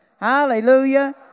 hallelujah